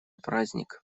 праздник